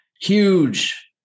huge